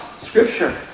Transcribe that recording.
scripture